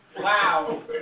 Wow